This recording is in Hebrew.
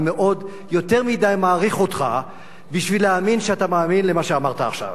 אני יותר מדי מעריך אותך בשביל להאמין שאתה מאמין במה שאמרת עכשיו.